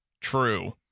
True